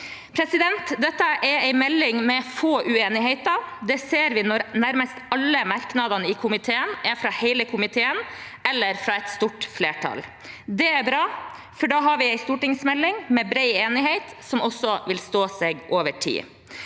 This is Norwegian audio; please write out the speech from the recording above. Dette er en melding med få uenigheter. Det ser vi når nærmest alle merknadene i komiteen er fra hele komiteen eller fra et stort flertall. Det er bra, for da har vi en stortingsmelding med bred enighet som vil stå seg over tid.